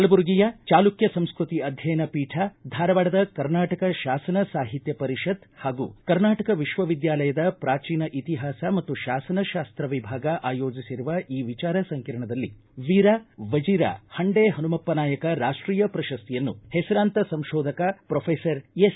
ಕಲಬುರಗಿಯ ಚಾಲುಕ್ಕ ಸಂಸ್ಕೃತಿ ಅಧ್ಯಯನ ಪೀಠ ಧಾರವಾಡದ ಕರ್ನಾಟಕ ಶಾಸನ ಸಾಹಿತ್ಯ ಪರಿಷತ್ ಹಾಗೂ ಕರ್ನಾಟಕ ವಿಶ್ವವಿದ್ಯಾಲಯದ ಪ್ರಾಚೀನ ಇತಿಹಾಸ ಮತ್ತು ಶಾಸನಶಾಸ್ತ ವಿಭಾಗ ಆಯೋಜಿಸಿರುವ ಈ ವಿಚಾರ ಸಂಕಿರಣದಲ್ಲಿ ವೀರ ವಜೀರ ಹಂಡೆ ಹನುಮಪ್ಪ ನಾಯಕ ರಾಷ್ಟೀಯ ಪ್ರಶಸ್ತಿಯನ್ನು ಹೆಸರಾಂತ ಸಂಕೋಧಕ ಪ್ರೊಫೆಸರ್ ಎಸ್